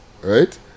right